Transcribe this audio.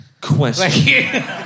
question